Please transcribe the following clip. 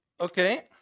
Okay